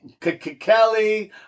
-Kelly